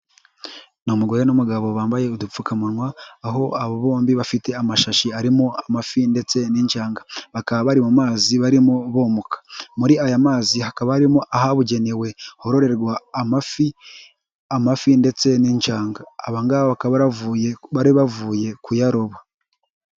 Ni umugore n'umugabo bambaye udupfukamunwa aho abo bombi bafite amashashi arimo amafi ndetse n'injanga, bakaba bari mu mazi barimo boga muri aya mazi, hakaba harimo ahabugenewe hororerwa amafi ndetse n'inanga.